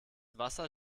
wasser